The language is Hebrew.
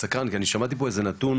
אני סקרן כי אני שמעתי פה איזה נתון,